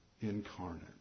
incarnate